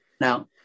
Now